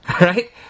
right